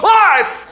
life